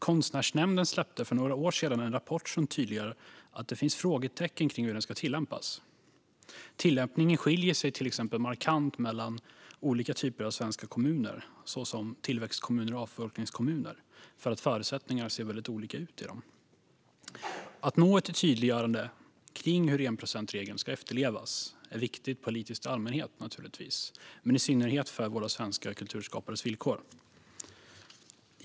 Konstnärsnämnden släppte för några år sedan en rapport som tydliggör att det finns frågetecken kring hur principen ska tillämpas. Tillämpningen skiljer sig till exempel markant mellan olika typer av svenska kommuner, såsom tillväxtkommuner och avfolkningskommuner, eftersom förutsättningarna ser väldigt olika ut. Att nå ett tydliggörande av hur enprocentsregeln ska efterlevas är naturligtvis viktigt politiskt i allmänhet, men i synnerhet för våra svenska kulturskapares villkor.